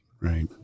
Right